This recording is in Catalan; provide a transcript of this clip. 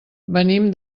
venim